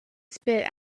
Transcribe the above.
spit